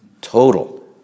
total